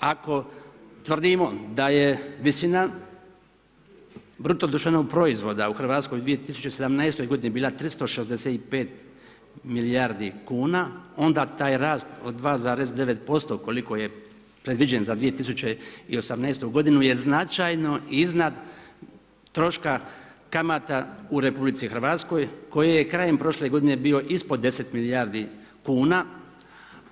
Ako tvrdimo da je visina BDP-a u Hrvatskoj u 2017. godini bila 365 milijardi kuna onda taj rast od 2,9% koliko je predviđen za 2018. je značajno iznad troška kamata u RH koji je krajem prošle godine bio ispod 10 milijardi kuna